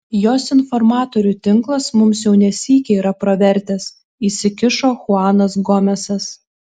jos informatorių tinklas mums jau ne sykį yra pravertęs įsikišo chuanas gomesas